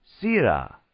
Sira